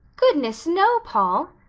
goodness, no, paul,